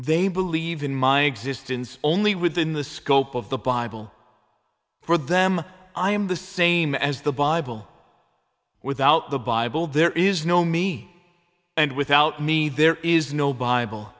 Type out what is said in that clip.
they believe in my existence only within the scope of the bible for them i am the same as the bible without the bible there is no me and without me there is no bible